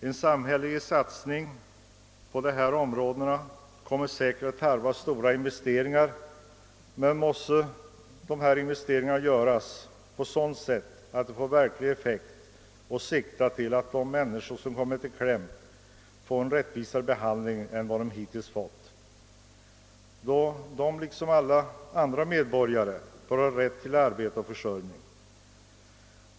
En samhällelig satsning på dessa områden kommer säkerligen att tarva stora investeringar, men dessa måste göras på sådant sätt att de får verklig effekt och sikta till att ge de människor som kommit i kläm en rättvisare behandling än vad de hittills fått. De bör liksom alla andra medborgare ha rätt till arbete och försörjning.